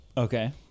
Okay